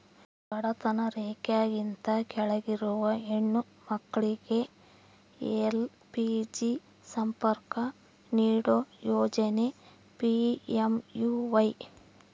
ಬಡತನ ರೇಖೆಗಿಂತ ಕೆಳಗಿರುವ ಹೆಣ್ಣು ಮಕ್ಳಿಗೆ ಎಲ್.ಪಿ.ಜಿ ಸಂಪರ್ಕ ನೀಡೋ ಯೋಜನೆ ಪಿ.ಎಂ.ಯು.ವೈ